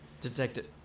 Detective